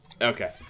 Okay